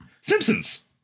Simpsons